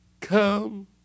Come